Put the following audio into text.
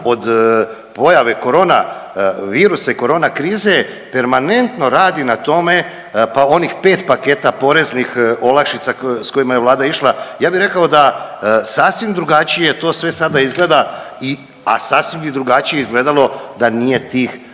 od pojave koronavirusa i korona krize permanentno radi na tome, pa onih 5 paketa poreznih olakšica s kojima je Vlada išla, ja bih rekao da sasvim drugačije to sve sada izgleda i, a sasvim bi drugačije izgledalo da nije tih